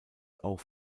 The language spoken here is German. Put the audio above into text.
auch